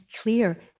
clear